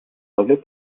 anglais